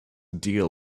deal